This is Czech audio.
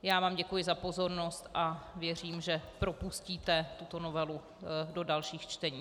Já vám děkuji za pozornost a věřím, že propustíte tuto novelu do dalších čtení.